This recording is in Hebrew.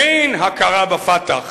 אין הכרה ב"פתח"